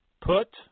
Put